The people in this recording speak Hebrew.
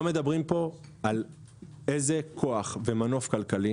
לא מדברים פה על איזה כוח ומנוף כלכלי